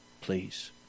Please